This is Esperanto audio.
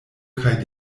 kaj